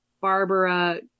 Barbara